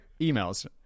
emails